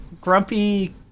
grumpy